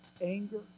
anger